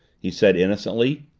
he said innocently.